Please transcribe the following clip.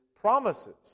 promises